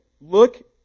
look